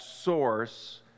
source